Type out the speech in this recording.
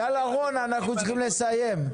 אנחנו צריכים לסיים.